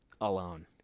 alone